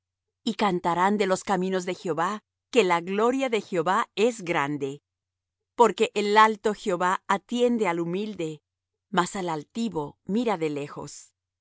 y cantarán de los caminos de jehová que la gloria de jehová es grande porque el alto jehová atiende al humilde mas al altivo mira de lejos